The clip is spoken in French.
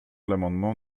l’amendement